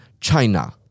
China